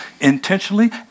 Intentionally